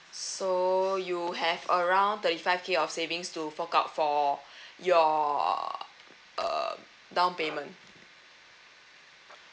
so you have around thirty five year of savings to fork out for your uh down payment